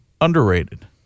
underrated